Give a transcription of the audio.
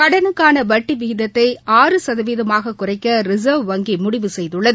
கடனுக்கானவட்டிவிகிதத்தை ஆறு சதவீதமாகக் குறைக்கரிசர்வ் வங்கிமுடிவு செய்துள்ளது